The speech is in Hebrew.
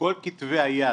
כל כתבי היד